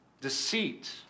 Deceit